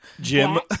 Jim